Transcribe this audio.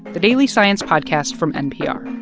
the daily science podcast from npr